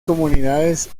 comunidades